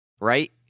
right